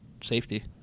safety